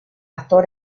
actor